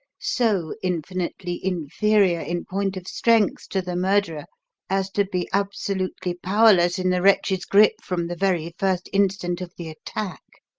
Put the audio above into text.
so infinitely inferior in point of strength to the murderer as to be absolutely powerless in the wretch's grip from the very first instant of the attack.